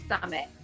Summit